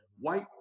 White